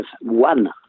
one